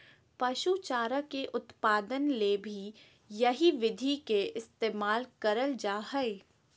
पशु चारा के उत्पादन ले भी यही विधि के इस्तेमाल करल जा हई